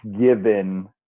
given